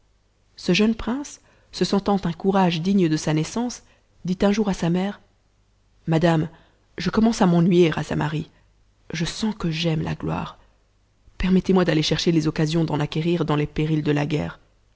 ce jeune prince se sentant un courage digne de sa naissance dit un jour à sa mère madame je commence à m'ennuyer à samarie je sens que j'aime la gloire permettezmoi d'aller chercher les occasions d'en acquérir dans les périls de la guerre